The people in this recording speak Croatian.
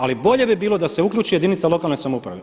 Ali bolje bi bilo da se uključi jedinica lokalne samouprave.